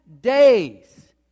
days